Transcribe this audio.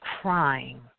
crying